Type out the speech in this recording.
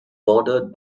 bordered